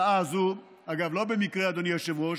אגב, לא במקרה, אדוני היושב-ראש,